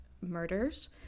murders